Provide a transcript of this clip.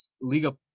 Liga